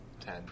Ten